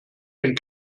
denn